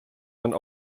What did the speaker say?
man